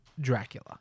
Dracula